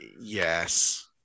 Yes